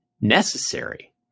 necessary